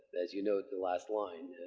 as you note, the last line